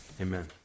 amen